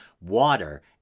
water